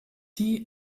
die